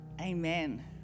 amen